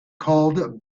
called